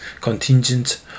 contingent